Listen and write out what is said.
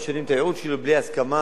משנים את הייעוד שלו בלי ההסכמה